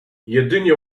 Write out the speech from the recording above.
jedynie